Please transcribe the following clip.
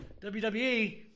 WWE